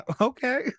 Okay